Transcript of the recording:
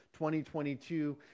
2022